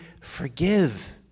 forgive